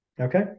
okay